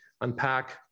unpack